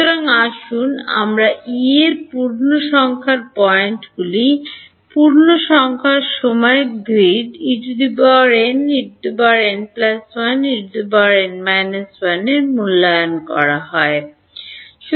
সুতরাং আসুন আমরা E এর পূর্ণসংখ্যার পয়েন্টগুলি পূর্ণসংখ্যার সময় গ্রিডগুলি En En1 En1 এ মূল্যায়ন করা হয়